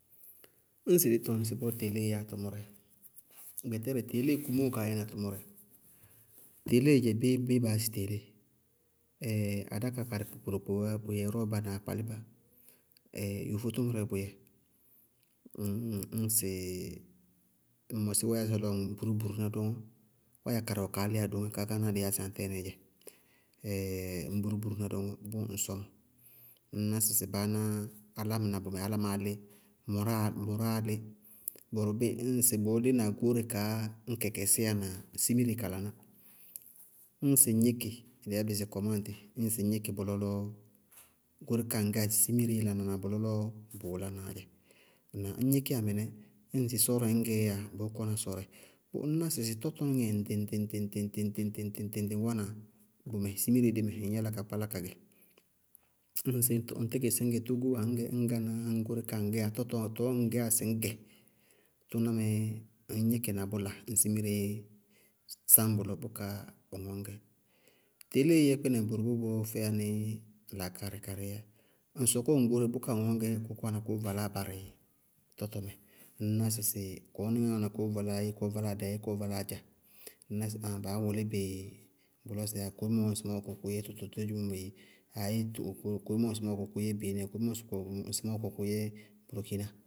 Ñŋsɩ dí tɔŋ ŋsɩbɔɔ teeléee yɛ yá tʋmʋrɛ, gbɛtɛrɛ teelée kumóoó kaá yɛna tʋmʋrɛ. Teelée dzɛ béé baá yá sɩ teelée? adákaá karɩ kpokporokpoó wá, bʋyɛ rɔɔba na akpálíbá yofó tʋmʋrɛɛ bʋyɛɛ ñŋ ñŋsɩ ŋ mɔsí wáyasɛ lɔ ŋ búrúburu ná dɔŋɔ, wáya karɩ wɛ kaá lí adoŋá, kánáá dɩí yá sɩ sŋtɛɛɩí dzɛ, ŋñ búrúburu ná dɔŋɔ, ññ sɔŋ, ŋñ ná sɩsɩ baá ná álámɩná bʋmɛ, álámáá lí, mʋráaá- mʋráaá lí, bʋrʋ bíɩ ŋsɩ bʋʋlína goóre kaá ñ kɩkɩsíyá na simire ka laná, ñŋsɩ ŋ gníkɩ, dɩí yá bɩ sɩ kɔmáŋdɩ, ñŋsɩ ŋ gníkɩ bʋlɔ lɔ goóre kaá ŋŋ gɛyá sɩ simireé laná, bʋlɔ lɔɔɔ bʋʋ lánaá dzɛ. Ŋnáa? Ñ gníkíyá mɩnɛ ñŋsɩ sɔrɛɛ ŋñ gɛɛ yáa, bʋʋ kɔna sɔrɛ. Tɔɔ ŋñná sɩsɩ tɔtɔníŋɛ ŋɖɩŋ-ŋɖɩŋ ŋɖɩŋ-ŋɖɩŋ wáana bʋmɛ, simire dí dɩmɛ ŋñ yála ka kpálá ka gɛ, ñŋsɩ ŋntíkɩ sɩ ñ gɛ tógó ó wá ŋñ gɛ, ñŋ gánaá, ŋñ gɛ ñŋ goóre kaá ŋŋ gɛyá tɔtɔ tɔɔ ŋŋ gɛyá sɩ ñgɛ, tʋná mɛɛ ŋñ gíkɩ na bʋ la, ŋ simireé sáñ bʋlɔ, bʋká ŋwɛ ŋñgɛ. Teelée yɛ kpínɛ bʋrʋ bʋbɔɔɔ fɛyá ní laákaarɩ karɩíyá. Ŋ sɔkɔ ŋ goóre bʋká ŋñgɛ kʋkɔɔ wáana kʋʋ valá barɩ tɔtɔmɛ, ŋñ ná sɩsɩ kɔɔníŋɛɛ wáana kʋʋ valáááyé, kɔɔ valáa dɛ, kɔɔ valáa dza. Ŋñ ná sɩ baá wʋlí bɩ bʋlɔ ŋsɩmɔɔ koyémɔɔ wɛ bʋwɛ bʋʋ yɛ tɔtɔtɔ toémɔ mɛ, ayéé to koémɔ ŋsɩmɔɔ kʋwɛ kʋʋ yɛ beenɛɛ, koémɔ ŋsɩmɔɔ kʋwɛ kʋʋ yɛ burukináa.